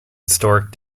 historic